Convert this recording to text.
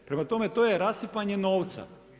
Prema tome, to je rasipanje novca.